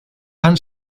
han